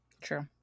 true